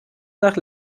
nach